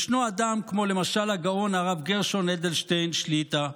ישנו אדם כמו למשל הגאון הרב גרשון אדלשטיין שליט"א,